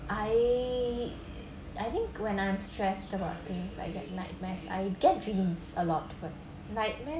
I I think when I'm stressed about things I get nightmares I get dreams a lot but nightmare